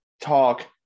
talk